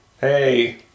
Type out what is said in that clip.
hey